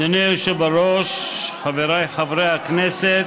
אדוני היושב-ראש, חבריי חברי הכנסת